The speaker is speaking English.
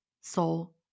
soul